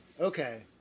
Okay